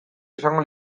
izango